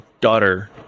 daughter